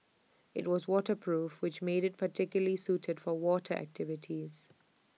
IT was waterproof which made IT particularly suited for water activities